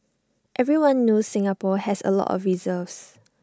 everyone knows Singapore has A lots of reserves